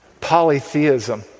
Polytheism